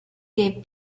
gave